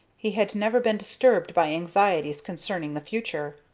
he had never been disturbed by anxieties concerning the future.